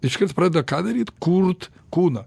iškart pradeda ką daryt kurt kūną